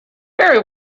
very